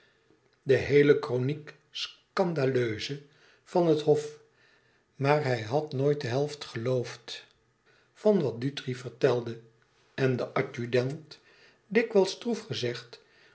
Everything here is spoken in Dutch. de geheele chronique scandaleuse van het hof maar hij had nooit de helft geloofd van wat dutri vertelde en den adjudant dikwijls stroef gezegd